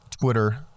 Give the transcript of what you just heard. Twitter